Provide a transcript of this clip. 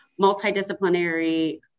multidisciplinary